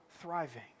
thriving